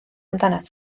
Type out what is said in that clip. amdanat